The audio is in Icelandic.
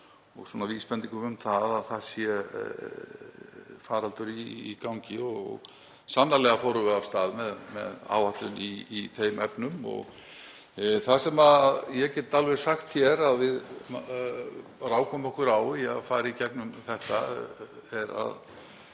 og vísbendingum um að það sé faraldur í gangi. Sannarlega fórum við af stað með áætlun í þeim efnum og ég get alveg sagt hér að við rákum okkur á það við að fara í gegnum þetta að